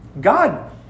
God